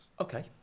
okay